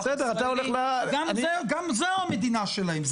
גם זה המדינה שלהם.